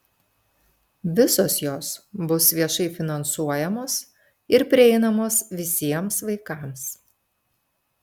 visos jos bus viešai finansuojamos ir prieinamos visiems vaikams